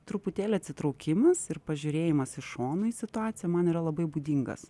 truputėlį atsitraukimas ir pažiūrėjimas iš šono į situaciją man yra labai būdingas